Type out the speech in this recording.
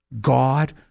God